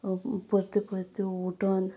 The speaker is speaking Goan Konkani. परते परते उठोन